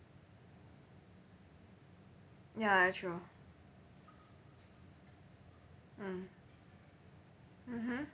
ya true mm mmhmm